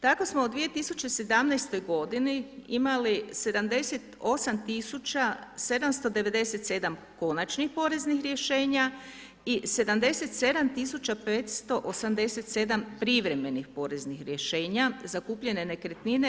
Tako smo u 2017. godini imali 78 tisuća 797 konačnih poreznih rješenja i 77 tisuća 587 privremenih poreznih rješenja za kupljene nekretnine.